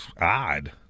odd